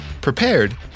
prepared